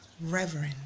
reverend